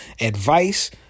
advice